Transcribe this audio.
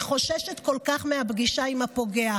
היא חוששת כל כך מהפגישה עם הפוגע,